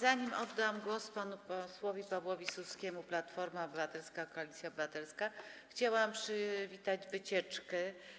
Zanim oddam głos panu posłowi Pawłowi Suskiemu, Platforma Obywatelska - Koalicja Obywatelska, chciałabym przywitać wycieczkę